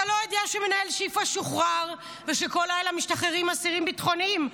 אתה לא יודע שמנהל שיפא שוחרר ושכל לילה משתחררים אסירים ביטחוניים,